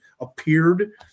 appeared